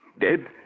dead